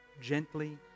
gently